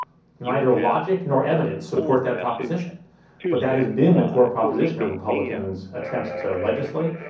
neither logic nor evidence support that proposition, but that has been the core proposition of republicans' attempts to legislate,